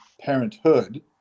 parenthood